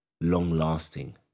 long-lasting